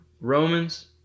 Romans